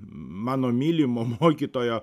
mano mylimo mokytojo